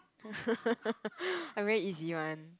i'm very easy one